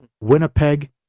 Winnipeg